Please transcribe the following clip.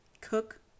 cook